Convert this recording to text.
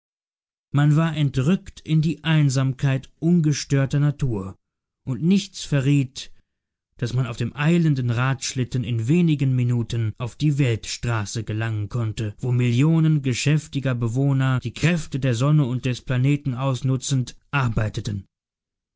man war entrückt in die einsamkeit ungestörter natur und nichts verriet daß man auf dem eilenden radschlitten in wenigen minuten auf die weltstraße gelangen konnte wo millionen geschäftiger bewohner die kräfte der sonne und des planeten ausnutzend arbeiteten